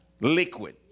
liquid